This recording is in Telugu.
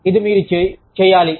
ఇదే మీరు చేయాలి